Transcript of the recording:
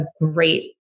great